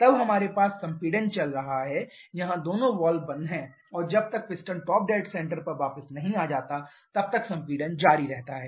तब हमारे पास संपीड़न चल रहा है यहां दोनों वाल्व बंद हैं और जब तक पिस्टन टॉप डेड सेंटर पर वापस नहीं जाता है तब तक संपीड़न जारी रहता है